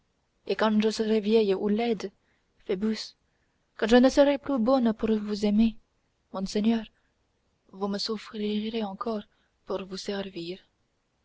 et quand je serai vieille ou laide phoebus quand je ne serai plus bonne pour vous aimer monseigneur vous me souffrirez encore pour vous servir